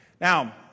Now